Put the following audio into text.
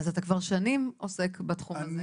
אז אתה כבר שנים עוסק בתחום הזה.